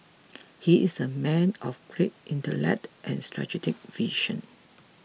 he is a man of great intellect and strategic vision